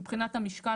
מבחינת המשקל,